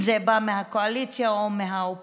אם זה בא מהקואליציה או מהאופוזיציה.